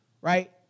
right